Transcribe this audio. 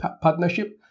partnership